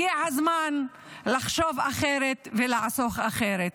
הגיע הזמן לחשוב אחרת ולעשות אחרת.